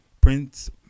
prince